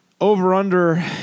Over/under